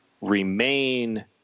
remain